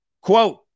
Quote